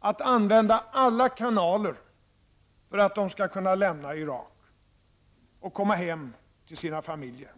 att använda alla kanaler för att dessa svenskar skall kunna lämna Irak och komma hem till sina familjer.